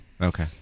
Okay